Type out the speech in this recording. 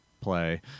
play